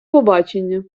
побачення